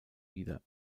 wieder